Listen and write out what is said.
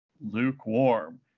lukewarm